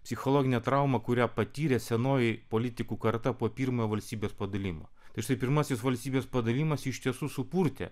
psichologinę traumą kurią patyrė senoji politikų karta po pirmojo valstybės padalijimo tasai pirmasis valstybės padalijimas iš tiesų supurtė